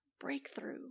breakthrough